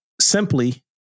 simply